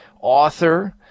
author